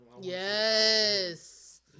Yes